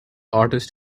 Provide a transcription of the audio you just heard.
artist